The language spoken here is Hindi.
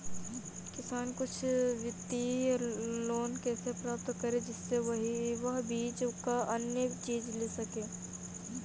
किसान कुछ वित्तीय लोन कैसे प्राप्त करें जिससे वह बीज व अन्य चीज ले सके?